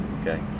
Okay